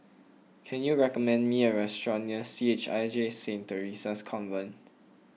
can you recommend me a restaurant near C H I J Saint theresa's Convent